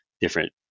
different